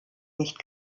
nicht